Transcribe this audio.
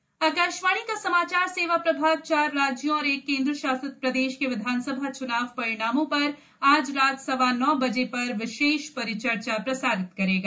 आकाशवाणी से चनाव परिणाम आकाशवाणी का समाचार सेवा प्रभाग चार राज्यों और एक केन्द्रशासित प्रदेश के विधानसभा च्नाव परिणामों पर आज रात सवा नौ बजे पर विशेष परिचर्चा प्रसारित करेगा